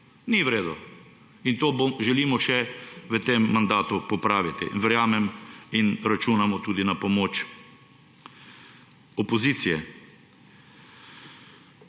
Ni v redu. In to želimo še v tem mandatu popraviti. Verjamem in računamo tudi na pomoč opozicije.